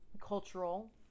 cultural